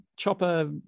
Chopper